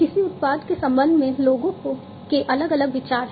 किसी उत्पाद के संबंध में लोगों के अलग अलग विचार हैं